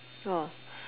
oh